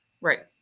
Right